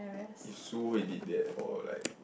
it's Su-Hui who did that or like